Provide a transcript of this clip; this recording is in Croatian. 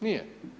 Nije.